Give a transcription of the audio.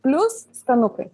plius skanukai